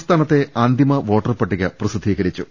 സംസ്ഥാനത്തെ അന്തിമ വോട്ടർ പട്ടിക പ്രസിദ്ധീകരിച്ചു